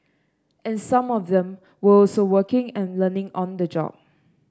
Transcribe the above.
and some of them were also working and learning on the job